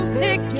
pick